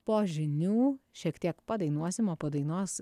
po žinių šiek tiek padainuosim o po dainos